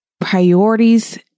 Priorities